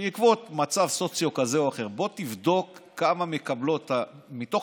ניחא גזענות, לפחות